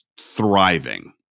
thriving